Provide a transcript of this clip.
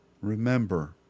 Remember